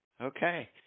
Okay